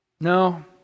No